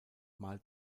mal